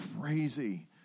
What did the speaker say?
crazy